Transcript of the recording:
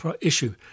issue